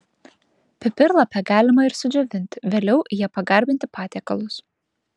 pipirlapę galima ir sudžiovinti vėliau ja pagardinti patiekalus